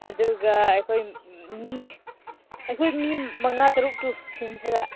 ꯑꯗꯨꯒ ꯑꯩꯈꯣꯏ ꯃꯤ ꯑꯩꯈꯣꯏ ꯃꯤ ꯃꯉꯥ ꯇꯔꯨꯛꯇꯨ ꯁꯤꯟꯁꯤꯔꯥ